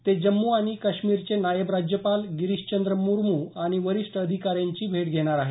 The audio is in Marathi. ते जम्मू आणि काश्मीरचे नायब राज्यपाल गिरीशचंद्र मुर्मू आणि वरीष्ठ अधिकाऱ्यांर्ची भेट घेणार आहे